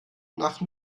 nach